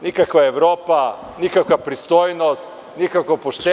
Nikakva Evropa, nikakva pristojnost, nikakvo poštenje…